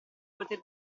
poter